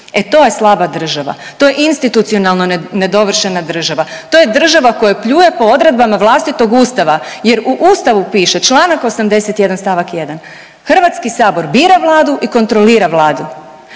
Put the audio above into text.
E, to je slaba država. To je institucionalno nedovršena država, to je država koja pljuje po odredbama vlastitog Ustava jer u Ustavu piše, čl. 81 st. 1 HS bira Vladu i kontrolira Vladu.